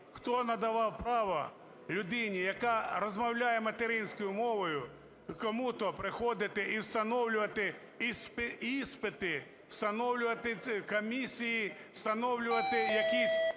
Хто надавав право людині, яка розмовляє материнською мовою, кому-то приходити і встановлювати іспити, встановлювати комісії, встановлювати якісь